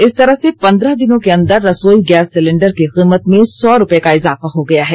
इस तरह से पन्द्रह दिनों के अंदर रसोई गैस सिलिण्डर की कीमत में सौ रूपये का इजाफा हो गया है